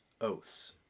oaths